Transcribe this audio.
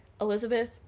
Elizabeth